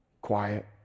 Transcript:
quiet